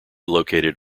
located